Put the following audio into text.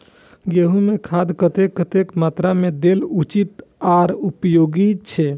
गेंहू में खाद कतेक कतेक मात्रा में देल उचित आर उपयोगी छै?